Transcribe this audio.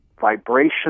vibration